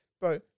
bro